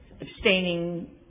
abstaining